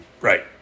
Right